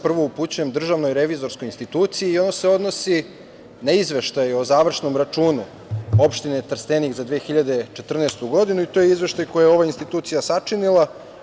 Prvo upućujem DRI i ono se odnosi na izveštaj o završnom računu opštine Trstenik za 2014. godinu i to je izveštaj koji je ova institucija sačinila.